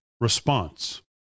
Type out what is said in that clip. response